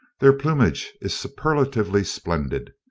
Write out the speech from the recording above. their plumage is superlatively splendid.